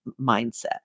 mindset